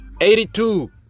82